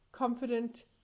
confident